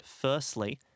Firstly